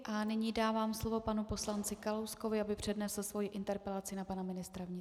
A nyní dávám slovo panu poslanci Kalouskovi, aby přednesl svoji interpelaci na pana ministra vnitra.